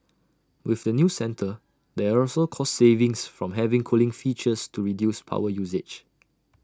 with the new centre there are also cost savings from having cooling features to reduce power usage